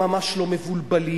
הם ממש לא מבולבלים,